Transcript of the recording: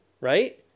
Right